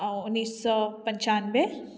आ उन्नीस सए पञ्चानबे